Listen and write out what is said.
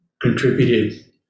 contributed